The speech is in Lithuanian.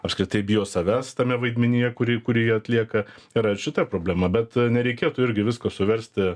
apskritai bijo savęs tame vaidmenyje kurį kurį atlieka yra ir šita problema bet nereikėtų irgi visko suversti